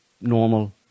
normal